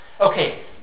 Okay